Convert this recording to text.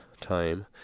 time